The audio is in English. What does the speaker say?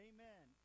Amen